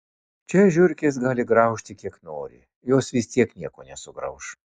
čia žiurkės gali graužti kiek nori jos vis tiek nieko nesugrauš